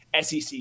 sec